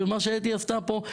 ומה שאתי עשתה פה,